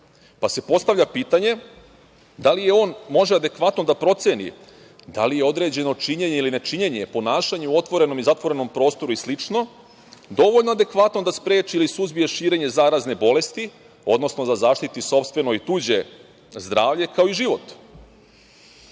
pa se postavlja pitanje – da li on može adekvatno da proceni da li je određeno činjenje ili nečinjenje, ponašanje u otvorenom i zatvorenom prostoru i slično dovoljno adekvatno da spreči ili suzbije širenje zarazne bolesti, odnosno da zaštiti sopstveno i tuđe zdravlje, kao i